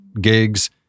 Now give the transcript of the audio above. gigs